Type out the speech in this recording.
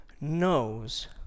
knows